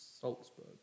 Salzburg